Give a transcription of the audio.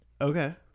Okay